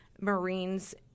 Marines